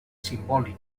simbòlic